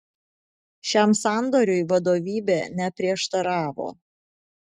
šiam sandoriui vadovybė neprieštaravo